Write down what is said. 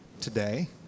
today